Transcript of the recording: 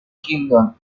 kindern